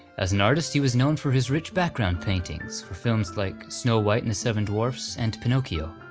as an artist he was known for his rich background paintings, for films like snow white and the seven dwarfs, and pinocchio.